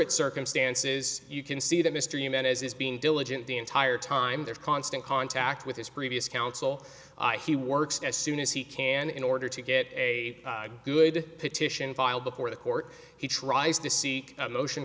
it circumstances you can see that mr human is being diligent the entire time there's constant contact with his previous counsel he works as soon as he can in order to get a good petition filed before the court he tries to seek a motion